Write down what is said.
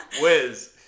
Wiz